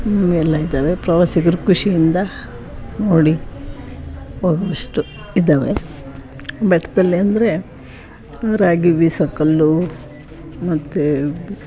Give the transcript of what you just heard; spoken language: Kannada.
ಎಲ್ಲ ಇದ್ದಾವೆ ಪ್ರವಾಸಿಗರು ಖುಷಿಯಿಂದ ನೋಡಿ ಹೋಗೋವಷ್ಟು ಇದ್ದಾವೆ ಬೆಟ್ಟದಲ್ಲಿ ಅಂದರೆ ರಾಗಿ ಬೀಸೋ ಕಲ್ಲು ಮತ್ತು